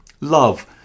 Love